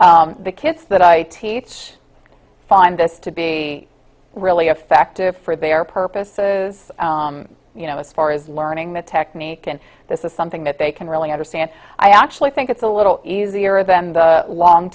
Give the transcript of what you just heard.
one the kids that i teach i find this to be really effective for their purposes as far as learning the technique and this is something that they can really understand i actually think it's a little easier than the long